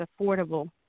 affordable